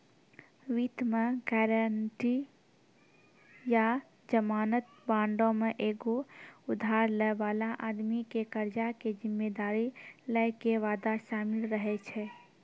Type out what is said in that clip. वित्त मे गायरंटी या जमानत बांडो मे एगो उधार लै बाला आदमी के कर्जा के जिम्मेदारी लै के वादा शामिल रहै छै